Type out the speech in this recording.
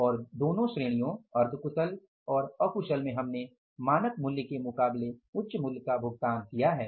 और दोनों श्रेणियों अर्ध कुशल और अकुशल में हमने मानक मूल्य के मुकाबले उच्च मूल्य का भुगतान किया है